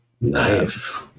Nice